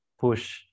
push